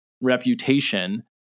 reputation